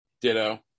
Ditto